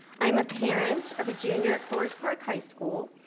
i am a parent of a junior at forest park high school,